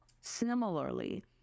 Similarly